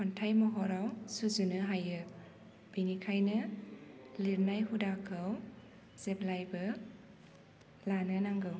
खन्थाइ महराव सुजुनो हायो बेनिखायनो लिरनाय हुदाखौ जेब्लायबो लानो नांगौ